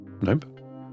Nope